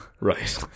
Right